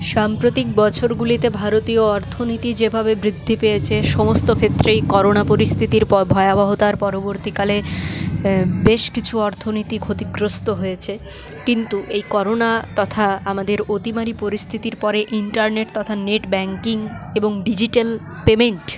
সাম্প্রতিক বছরগুলিতে ভারতীয় অর্থনীতি যেভাবে বৃদ্ধি পেয়েছে সমস্ত ক্ষেত্রেই করোনা পরিস্থিতির পর ভয়াবহতার পরবর্তীকালে বেশ কিছু অর্থনীতি ক্ষতিগ্রস্ত হয়েছে কিন্তু এই করোনা তথা আমাদের অতিমারী পরিস্থিতির পরে ইন্টারনেট তথা নেট ব্যাংকিং এবং ডিজিটাল পেমেন্ট